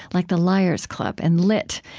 like the liars' club and lit,